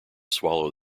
swallow